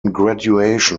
graduation